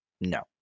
No